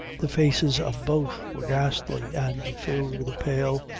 the faces of both were ghastly, and filled with a pale,